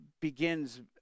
begins